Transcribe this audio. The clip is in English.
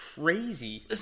crazy